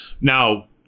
Now